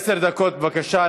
עשר דקות, בבקשה.